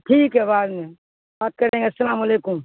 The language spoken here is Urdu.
ٹھیک ہے بعد میں بات کریں گے السلام علیکم